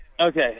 okay